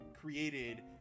created